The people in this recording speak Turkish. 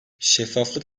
şeffaflık